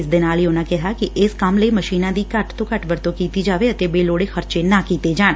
ਇਸ ਦੇ ਨਾਲ ਹੀ ਉਨਾਂ ਕਿਹਾ ਕਿ ਇਸ ਕੰਮ ਲਈ ਮਸ਼ੀਨਾਂ ਦੀ ਘੱਟ ਤੂੰ ਘੱਟ ਵਰਤੋ ਕੀਤੀ ਜਾਵੇ ਅਤੇ ਬੇਲੋੜੇ ਖਰਚੇ ਨਾ ਕੀਤੇ ਜਾਣ